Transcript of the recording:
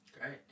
great